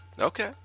Okay